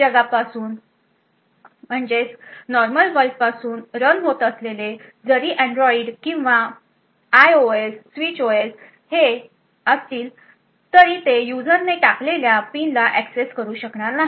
जरी अँड्रॉइड किंवा iOS switch OS हे तुमच्या नॉर्मल वर्ल्डमध्ये रन होत असतील तरी ते युजरने टाकलेल्या पिनला ऍक्सेस करू शकणार नाही